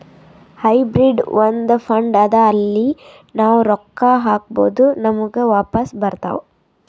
hybrid ಒಂದ್ fund ಅದಾ ಅಲ್ಲಿ ನಾವ್ ರೊಕ್ಕಾ ಹಾಕ್ಬೋದ್ ನಮುಗ ವಾಪಸ್ ಬರ್ತಾವ್